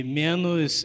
menos